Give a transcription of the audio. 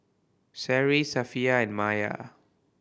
Seri Safiya and Maya